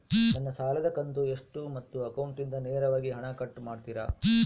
ನನ್ನ ಸಾಲದ ಕಂತು ಎಷ್ಟು ಮತ್ತು ಅಕೌಂಟಿಂದ ನೇರವಾಗಿ ಹಣ ಕಟ್ ಮಾಡ್ತಿರಾ?